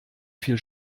viel